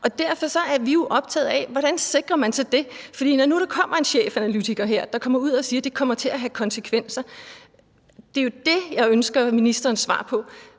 Derfor er vi jo optaget af, hvordan man så sikrer det. For når nu der kommer en chefanalytiker ud og siger, at det kommer til at have konsekvenser, så er det jo i forhold til det, jeg ønsker ministerens svar.